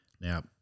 Now